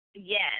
Yes